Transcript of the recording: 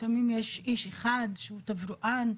לפעמים יש איש אחד שהוא תברואן,